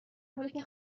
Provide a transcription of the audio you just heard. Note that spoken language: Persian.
حالیکه